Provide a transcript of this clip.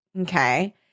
Okay